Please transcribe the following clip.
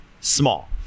Small